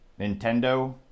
Nintendo